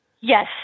Yes